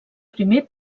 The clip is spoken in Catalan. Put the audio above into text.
primer